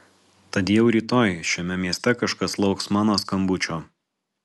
tad jau rytoj šiame mieste kažkas lauks mano skambučio